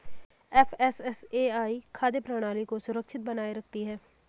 FSSAI खाद्य प्रणाली को सुरक्षित बनाए रखती है